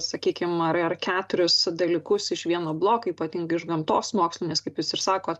sakykim ar ar keturis dalykus iš vieno bloko ypatingai iš gamtos mokslinės kaip jūs ir sakot